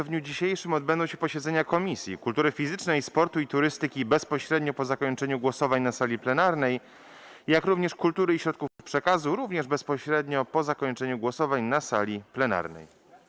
w dniu dzisiejszym odbędą się posiedzenia Komisji: - Kultury Fizycznej, Sportu i Turystyki - bezpośrednio po zakończeniu głosowań na sali plenarnej, - Kultury i Środków Przekazu - również bezpośrednio po zakończeniu głosowań na sali plenarnej.